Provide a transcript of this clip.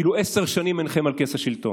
כאילו עשר שנים אינכם על כס השלטון.